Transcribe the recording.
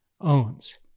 owns